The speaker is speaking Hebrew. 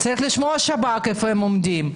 צריך לשמוע את השב"כ איפה הם עומדים.